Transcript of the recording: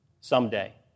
someday